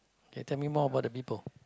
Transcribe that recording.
okay tell me more about the people